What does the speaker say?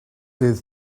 fydd